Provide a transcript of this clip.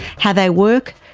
how they work,